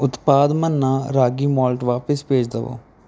ਉਤਪਾਦ ਮੰਨਾ ਰਾਗੀ ਮੋਲਟ ਵਾਪਿਸ ਭੇਜ ਦੇਵੋ